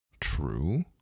True